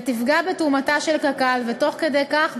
ברגע שאנחנו ניתן את הדחיפה ואת העידוד לאותם עסקים,